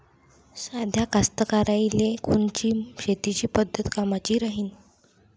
साध्या कास्तकाराइले कोनची शेतीची पद्धत कामाची राहीन?